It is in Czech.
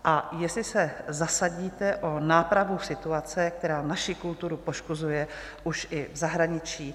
A jestli se zasadíte o nápravu situace, která naši kulturu poškozuje už i v zahraničí?